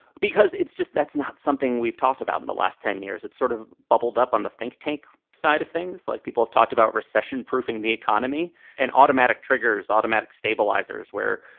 because it's just that's not something we've talked about in the last ten years. it's sort of bubbled up on the think tank side of things like people have talked about recession proofing the economy and automatic triggers, automatic stabilizers where,